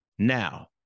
Now